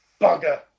bugger